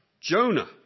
Jonah